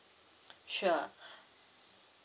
sure